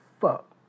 Fuck